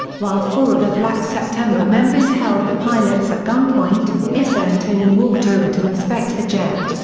while four of the black september members held the pilots at gunpoint, issa and tony walked over to inspect the jet,